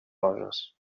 roges